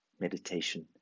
meditation